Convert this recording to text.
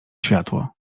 światło